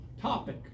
topic